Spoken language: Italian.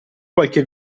qualche